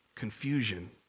confusion